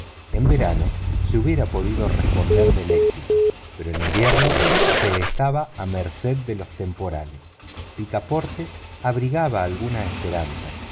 en verano se hubiera podido responder del éxito pero en invierno se estaba a merced de los temporales picaporte abrigaba alguna esperanza